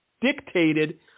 dictated